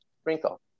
sprinkle